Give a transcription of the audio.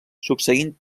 succeint